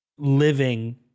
living